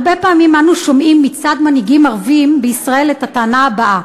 הרבה פעמים אנו שומעים מצד מנהיגים ערבים בישראל את הטענה הבאה: